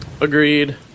Agreed